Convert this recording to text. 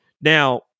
Now